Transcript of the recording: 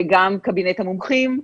גם קבינט המומחים,